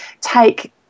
take